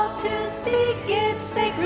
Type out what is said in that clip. to say